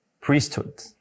priesthood